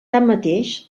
tanmateix